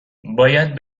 باید